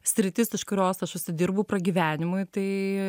sritis iš kurios aš užsidirbu pragyvenimui tai